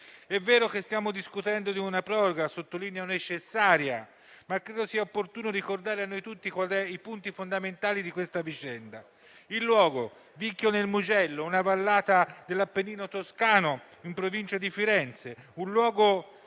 È vero che stiamo discutendo di una proroga, sottolineo necessaria, ma credo sia opportuno ricordare a noi tutti i punti fondamentali di questa vicenda. Il luogo, Vicchio di Mugello, una vallata dell'Appennino toscano, in provincia di Firenze: un luogo